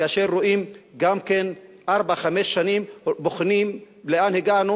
כאשר רואים ארבע-חמש שנים ובוחנים לאן הגענו